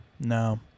no